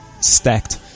stacked